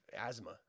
asthma